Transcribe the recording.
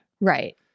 Right